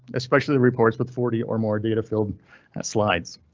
especially reports with forty or more data filled slides.